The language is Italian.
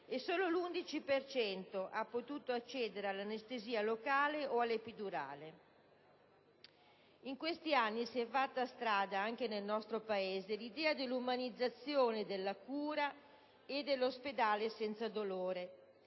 per cento ha potuto accedere all'anestesia locale o all'epidurale. Negli ultimi anni si è fatta strada anche nel nostro Paese l'idea dell'umanizzazione della cura e dell'ospedale senza dolore.